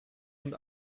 und